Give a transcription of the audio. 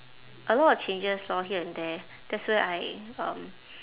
a lot of changes lor here and there that's where I um